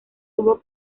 tuvo